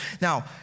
Now